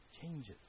changes